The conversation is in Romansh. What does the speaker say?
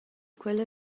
quella